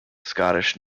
scottish